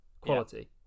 Quality